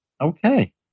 Okay